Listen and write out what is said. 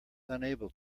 unable